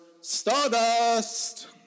Stardust